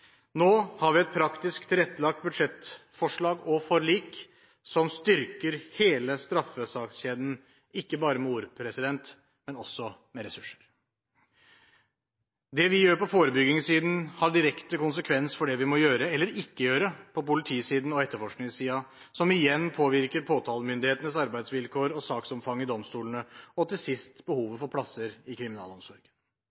Nå har vi et praktisk tilrettelagt budsjettforslag og -forlik, som styrker hele straffesakskjeden – ikke bare med ord, men også med ressurser. Det vi gjør på forebyggingssiden, har direkte konsekvens for det vi må gjøre eller ikke gjøre på politisiden og på etterforskningssiden, som igjen påvirker påtalemyndighetenes arbeidsvilkår og saksomfang i domstolene og til sist